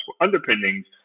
underpinnings